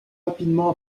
rapidement